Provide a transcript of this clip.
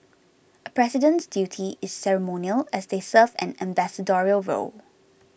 a president's duty is ceremonial as they serve an ambassadorial role